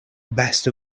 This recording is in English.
best